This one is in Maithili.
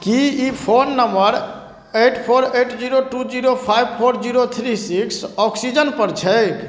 की ई phone number eight four eight zero two zero five four zero three six ऑक्सीजनपर छै